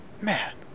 Man